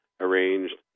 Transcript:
arranged